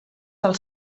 del